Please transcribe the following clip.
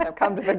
and come to the